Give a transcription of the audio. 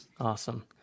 Awesome